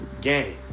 game